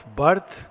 birth